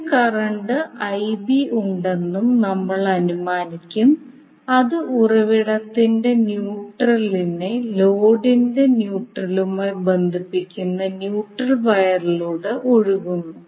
ചില current In ഉണ്ടെന്നും നമ്മൾ അനുമാനിക്കും അത് ഉറവിടത്തിന്റെ ന്യൂട്രലിനെ ലോഡിന്റെ ന്യൂട്രലുമായി ബന്ധിപ്പിക്കുന്ന ന്യൂട്രൽ വയറിലൂടെ ഒഴുകുന്നു